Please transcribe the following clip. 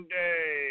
day